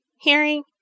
hearing